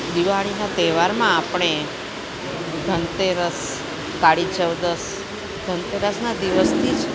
દિવાળીના તહેવારમાં આપણે ધનતેરસ કાળી ચૌદસ ધનતેરસના દિવસથી જ